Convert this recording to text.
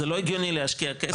זה לא הגיוני להשקיע כסף.